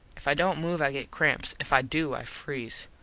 if i dont move i get cramps. if i do, i freeze.